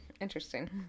interesting